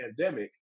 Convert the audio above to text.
pandemic